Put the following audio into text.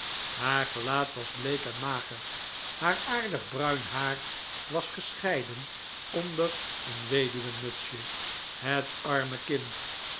haar gelaat was bleek en mager haar aardig bruin haar was gescheiden onder een weduwenmutsje het arme kind